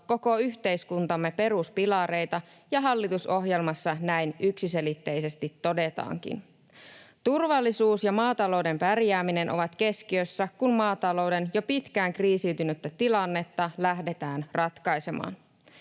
koko yhteiskuntamme peruspilareita, ja hallitusohjelmassa näin yksiselitteisesti todetaankin. Turvallisuus ja maatalouden pärjääminen ovat keskiössä, kun maatalouden jo pitkään kriisiytynyttä tilannetta lähdetään ratkaisemaan.